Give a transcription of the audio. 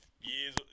years